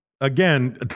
again